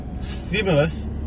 stimulus